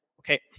Okay